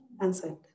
answered